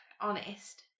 honest